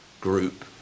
group